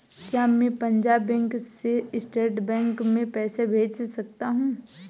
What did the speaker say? क्या मैं पंजाब बैंक से स्टेट बैंक में पैसे भेज सकता हूँ?